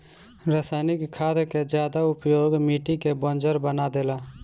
रासायनिक खाद के ज्यादा उपयोग मिट्टी के बंजर बना देला